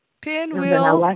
Pinwheel